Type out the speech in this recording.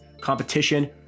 competition